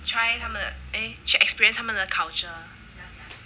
try 他们的 eh to experience 他们的 culture